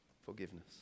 Forgiveness